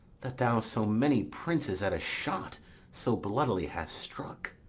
that thou so many princes at a shot so bloodily hast struck?